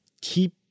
keep